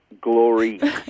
Glory